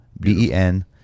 b-e-n